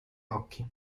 occhi